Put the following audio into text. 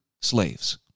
slaves